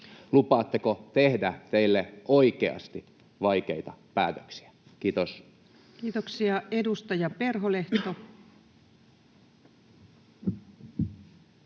Lupaatteko tehdä teille oikeasti vaikeita päätöksiä? — Kiitos. Kiitoksia. — Edustaja Perholehto.